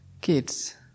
kids